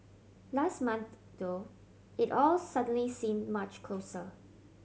last month though it all suddenly seemed much closer